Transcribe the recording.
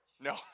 No